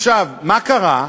עכשיו, מה קרה?